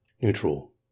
neutral